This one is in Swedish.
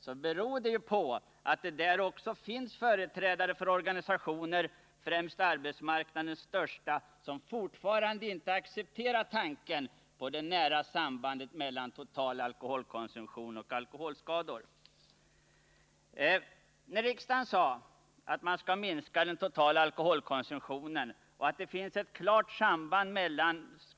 så beror det på att det där också finns företrädare för organisationer, främst arbetsmarknadens största, som fortfarande inte accepterar tanken på det nära sambandet mellan total alkoholkonsumtion och alkoholskador. När riksdagen sade att man skall minska den totala alkoholkonsumtionen och att det finns ett klart samband 93 an ingenting har lärt.